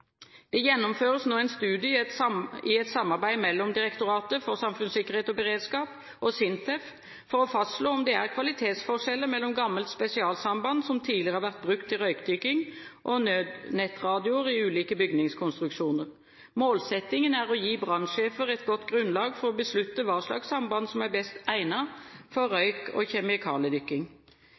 Det gjennomføres nå en studie i et samarbeid mellom Direktoratet for samfunnssikkerhet og beredskap og SINTEF for å fastslå om det er kvalitetsforskjeller mellom gammelt spesialsamband som tidligere har vært brukt til røykdykking og nødnettradioer i ulike bygningskonstruksjoner. Målsettingen er å gi brannsjefer et godt grunnlag for å beslutte hva slags samband som er best egnet for røyk- og